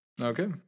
Okay